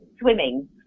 swimming